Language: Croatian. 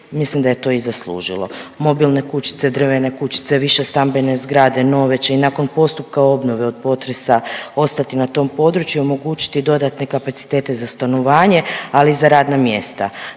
mislim da je to i zaslužilo. Mobilne kućice, drvene kućice, višestambene zgrade nove će i nakon postupka obnove od potresa ostati na tom području i omogućiti dodatne kapacitete za stanovanje, ali i za radna mjesta.